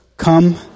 Come